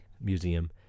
museum